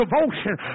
devotion